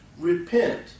Repent